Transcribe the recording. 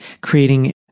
creating